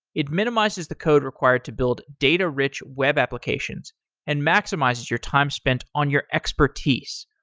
it minimizes the code required to build data-rich web applications and maximizes your time spent on your expertise.